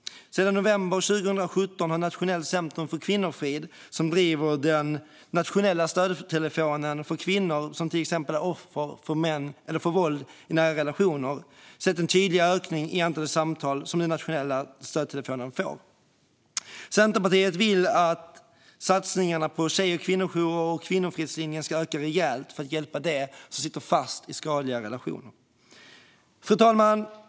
Sedan november 2017 har Nationellt centrum för kvinnofrid, som driver den nationella stödtelefonen för kvinnor som till exempel är offer för våld i en nära relation, sett en tydlig ökning i antalet samtal till den nationella stödtelefonen. Centerpartiet vill att satsningarna på tjej och kvinnojourer och på Kvinnofridslinjen ska öka rejält för att hjälpa dem som sitter fast i skadliga relationer. Fru talman!